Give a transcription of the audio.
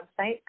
website